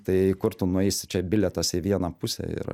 tai kur tu nueisi čia bilietas į vieną pusę yra